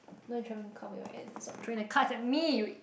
now you trying cover your ass stop throwing the cards at me